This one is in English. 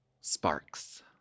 sparks